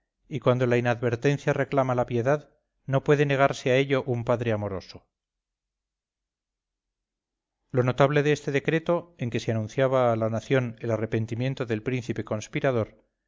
y cuando la inadvertencia reclama la piedad no puede negarse a ello un padre amoroso lo notable de este decreto en que se anunciaba a la nación el arrepentimiento del príncipe conspirador